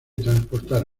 transportar